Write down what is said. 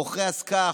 מוכרי הסכך,